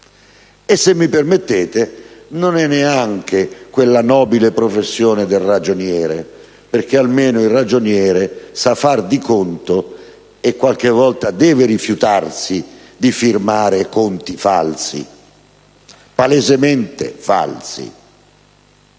e, se mi permettete, non è neanche quella nobile professione del ragioniere, perché almeno questi sa fare di conto e qualche volta deve rifiutarsi di firmare conti palesemente falsi.